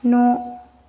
न'